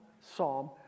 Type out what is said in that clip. Psalm